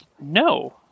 No